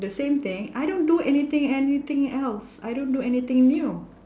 the same thing I don't do anything anything else I don't do anything new